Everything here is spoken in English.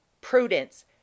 Prudence